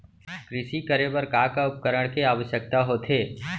कृषि करे बर का का उपकरण के आवश्यकता होथे?